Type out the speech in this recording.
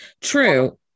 true